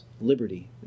liberty